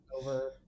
over